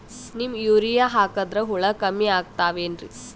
Neem urea ಹಾಕದ್ರ ಹುಳ ಕಮ್ಮಿ ಆಗತಾವೇನರಿ?